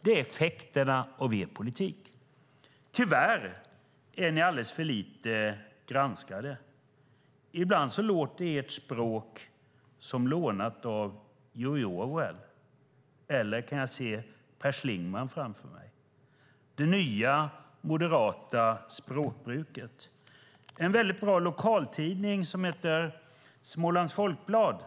Det är effekten av er politik. Tyvärr är ni alldeles för lite granskade. Ibland låter ert språk som lånat av George Orwell eller också kan jag se Per Schlingmann framför mig. Det är det nya moderata språkbruket. En väldigt bra lokaltidning, Smålands Folkblad,